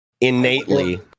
innately